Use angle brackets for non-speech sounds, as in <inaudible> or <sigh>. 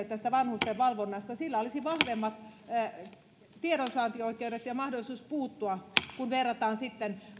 <unintelligible> tästä vanhustenhoidon valvonnasta hänellä olisi vahvemmat tiedonsaantioikeudet ja mahdollisuus puuttua kun verrataan sitten